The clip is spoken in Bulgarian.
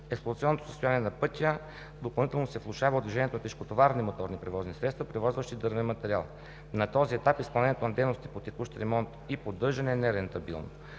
Експлоатационното състояние на пътя допълнително се влошава от движението на тежкотоварни моторни превозни средства, превозващи дървен материал. На този етап изпълнението на дейности по текущ ремонт и поддържане е нерентабилно.